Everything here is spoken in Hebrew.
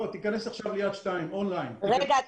--- תיכנס עכשיו ליד-2 און ליין --- רגע.